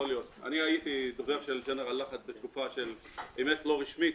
הייתי דובר של גנרל לאחד, לא באופן רשמי,